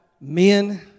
men